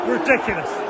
Ridiculous